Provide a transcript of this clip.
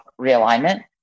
realignment